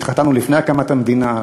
התחתנו לפני הקמת המדינה,